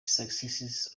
successes